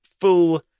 full